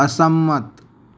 અસંમત